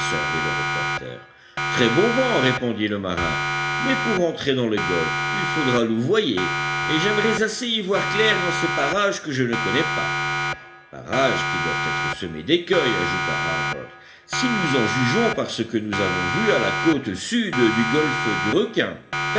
observer le reporter très bon vent répondit le marin mais pour entrer dans le golfe il faudra louvoyer et j'aimerais assez y voir clair dans ces parages que je ne connais pas parages qui doivent être semés d'écueils ajouta harbert si nous en jugeons par ce que nous avons vu à la côte sud du golfe du requin